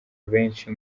benshi